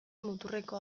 muturreko